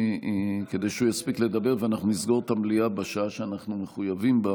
כדי שהוא יספיק לדבר ואנחנו נסגור את המליאה בשעה שאנחנו מחויבים בה,